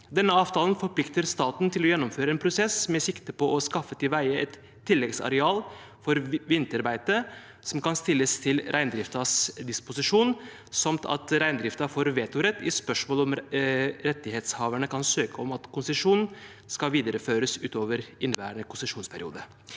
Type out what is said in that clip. Denne avtalen forplikter staten til å gjennomføre en prosess med sikte på å skaffe til veie et tilleggsareal for vinterbeite som kan stilles til reindriftens disposisjon, samt at reindriften får vetorett i spørsmål om rettighetshaverne kan søke om at konsesjon skal videreføres utover inneværende konsesjonsperiode.